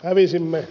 hävisimme